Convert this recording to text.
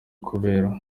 kubera